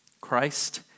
Christ